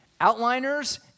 Outliners